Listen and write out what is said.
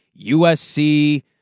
USC